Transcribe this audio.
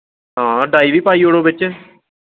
हां डाया बी पाई ओड़ो बिच्च